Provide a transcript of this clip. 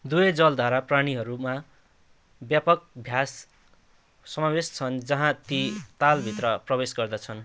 दुवै जलधारा प्राणीहरूमा व्यापक भ्यास समावेश छन् जहाँ ती तालभित्र प्रवेश गर्दछन्